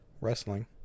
wrestling